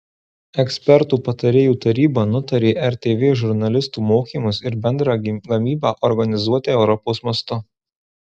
ekspertų patarėjų taryba nutarė rtv žurnalistų mokymus ir bendrą gamybą organizuoti europos mastu